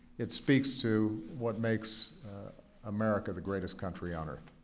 it speaks to what makes america the greatest country on earth.